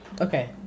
Okay